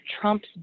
Trump's